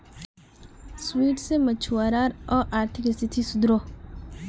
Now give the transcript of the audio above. seaweed से मछुवारार अआर्थिक स्तिथि सुधरोह